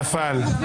נפל.